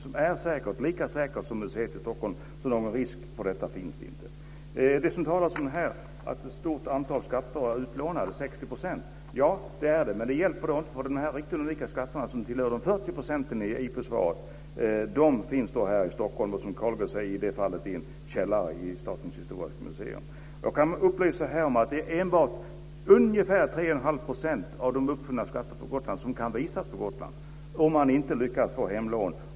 Den är lika säker som den på museet i Stockholm, så någon risk för detta finns inte. Det talas här om att ett stort antal skatter är utlånade, 60 %. Ja, så är det, men det hjälper inte när det gäller de riktigt unika skatterna som tillhör övriga 40 %. De finns här i Stockholm och, som Carl G Nilsson säger, i en källare i Statens historiska museum. Jag kan upplysa om att det enbart är ca 3 1⁄2 % av de funna skatterna på Gotland som kan visas på Gotland om man inte lyckas få hemlån.